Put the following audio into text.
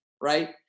Right